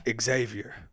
Xavier